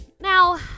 Now